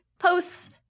Posts